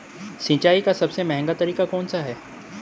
सिंचाई का सबसे महंगा तरीका कौन सा है?